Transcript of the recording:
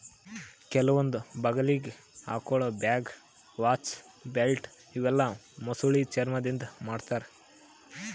ಕೆಲವೊಂದ್ ಬಗಲಿಗ್ ಹಾಕೊಳ್ಳ ಬ್ಯಾಗ್, ವಾಚ್, ಬೆಲ್ಟ್ ಇವೆಲ್ಲಾ ಮೊಸಳಿ ಚರ್ಮಾದಿಂದ್ ಮಾಡ್ತಾರಾ